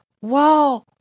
wow